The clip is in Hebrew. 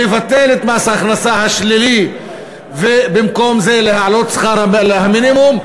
לבטל את מס ההכנסה השלילי ובמקום זה להעלות שכר המינימום.